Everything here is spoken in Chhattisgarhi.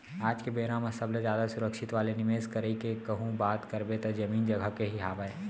आज के बेरा म सबले जादा सुरक्छित वाले निवेस करई के कहूँ बात करबे त जमीन जघा के ही हावय